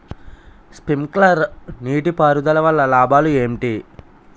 Sprinkler నీటిపారుదల వల్ల లాభాలు ఏంటి?